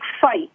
fight